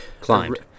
Climbed